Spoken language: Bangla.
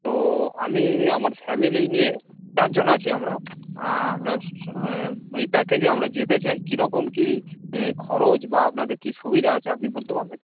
তো আমি আমার ফ্যামিলি নিয়ে চারজন আছি আমরা আপনার ওই প্যাকেজে আমরা যেতে চাই কীরকম কী খরচ বা আপনাদের ক সুবিধা আছে আপনি বলতে পারবেন